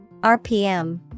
RPM